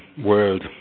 world